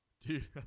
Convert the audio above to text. Dude